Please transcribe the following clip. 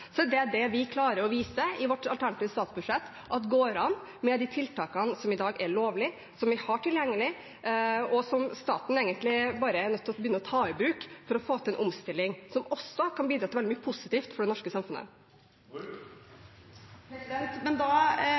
Det er det vi i vårt alternative statsbudsjett klarer å vise går an med de tiltakene som i dag er lovlige, som vi har tilgjengelig, og som staten egentlig bare er nødt til å begynne å ta i bruk for å få til en omstilling, som også kan bidra til veldig mye positivt for det norske samfunnet. Men da